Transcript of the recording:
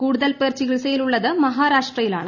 കൂടുതൽ പേർ ചികിത്സയിലുള്ളത് മഹാരാഷ്ട്രയിലാണ്